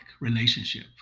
relationship